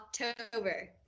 October